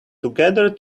together